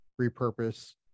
repurpose